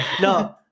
no